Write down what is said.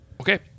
Okay